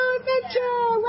Adventure